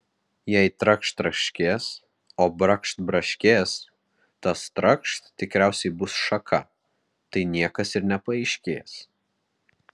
jei trakšt traškės o brakšt braškės tas trakšt tikriausiai bus šaka tai niekas ir nepaaiškės